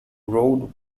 road